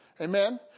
Amen